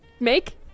make